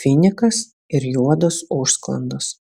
finikas ir juodos užsklandos